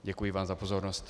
Děkuji vám za pozornost.